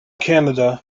canada